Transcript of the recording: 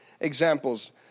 examples